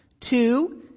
Two